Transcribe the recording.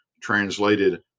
translated